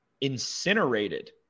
incinerated